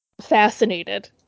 fascinated